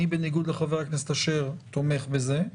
אני בניגוד לחבר הכנסת אשר תומך בזה,